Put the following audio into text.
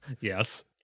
Yes